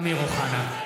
(קורא בשם חבר הכנסת) אמיר אוחנה,